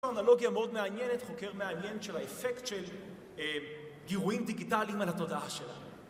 אנלוגיה מאוד מעניינת, חוקר מעניין של האפקט של גירויים דיגיטליים על התודעה שלנו.